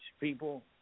people